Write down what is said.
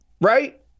right